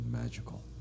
magical